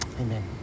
Amen